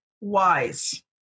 wise